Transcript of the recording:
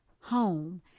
home